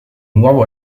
nuovo